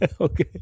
Okay